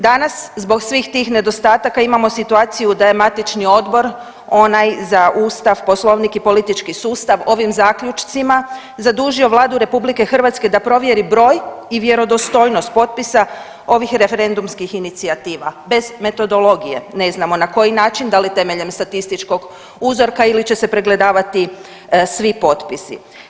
Danas zbog svih tih nedostataka imamo situaciju da je matični Odbor onaj za ustav, poslovnik i politički sustav ovim zaključcima zadužio Vladu RH da provjeri broj i vjerodostojnost potpisa ovih referendumskih inicijativa bez metodologije ne znamo na koji način da li temeljem statističkog uzorka ili će se pregledavati svi potpisi.